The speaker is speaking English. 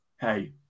Hey